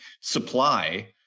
supply